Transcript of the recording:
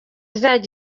izaba